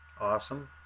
Awesome